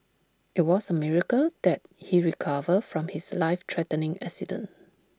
IT was A miracle that he recovered from his life threatening accident